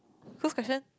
whose question